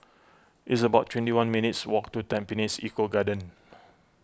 it's about twenty one minutes' walk to Tampines Eco Garden